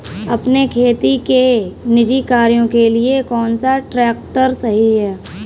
अपने खेती के निजी कार्यों के लिए कौन सा ट्रैक्टर सही है?